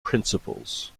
principles